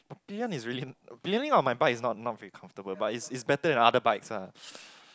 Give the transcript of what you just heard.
pillion is really pillion on my bike is not not very comfortable but it's it's better than other bikes ah